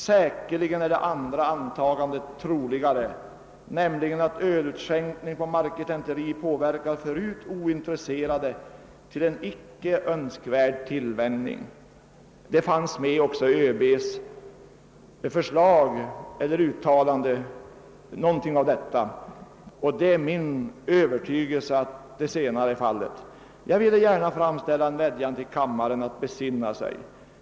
Säkerligen är det andra antagandet troligare, nämligen att ölutskänkning på marketenteri påverkar förut ointresserade till icke önskvärd tillvänjning.» Något av denna inställning skymtade också i ÖB:s uttalande, och det är min övertygelse att den är riktig. Jag vill framställa en vädjan till kammarens ledamöter att besinna sig.